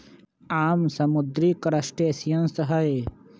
आम समुद्री क्रस्टेशियंस हई